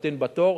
תמתין בתור.